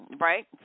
right